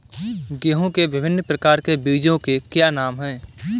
गेहूँ के विभिन्न प्रकार के बीजों के क्या नाम हैं?